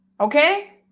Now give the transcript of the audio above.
okay